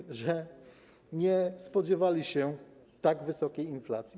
Myślę, że nie spodziewali się tak wysokiej inflacji.